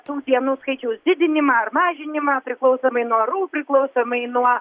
tų dienų skaičiaus didinimą ar mažinimą priklausomai nuo orų priklausomai nuo